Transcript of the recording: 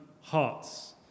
hearts